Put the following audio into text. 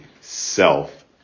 self